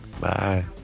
Bye